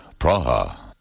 Praha